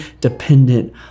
dependent